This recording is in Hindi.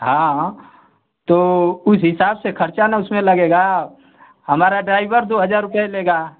हाँ हाँ तो उस हिसाब से खर्चा ना उसमें लगेगा हमारा ड्राईवर दो हज़ार रुपया लेगा